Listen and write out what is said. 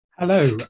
Hello